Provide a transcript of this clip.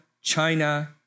China